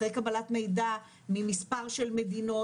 אחרי קבלת מידע ממספר של מדינות,